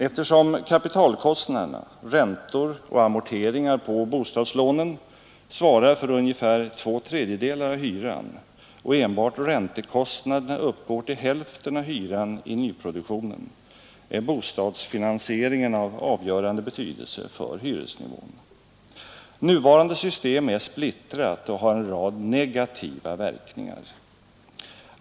Eftersom kapitalkostnaderna — räntor och amorteringar på bostadslånen — svarar för ungefär två tredjedelar av hyran och enbart räntekostnaderna uppgår till hälften av hyran i nyproduktionen är bostadsfinansieringen av avgörande betydelse för hyresnivån. Nuvarande system är splittrat och har en rad negativa verkningar.